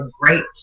great